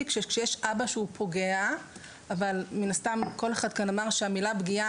כשיש אבא שהוא פוגע אבל מן הסתם כל אחד כאן אמר שהמילה פגיעה,